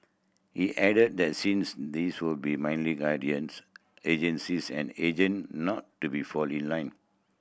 he added that since these were be merely agencies and agent not to be fall in line